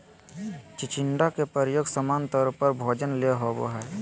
चिचिण्डा के प्रयोग सामान्य तौर पर भोजन ले होबो हइ